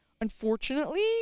Unfortunately